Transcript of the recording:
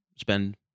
spend